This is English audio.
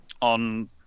On